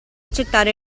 accettare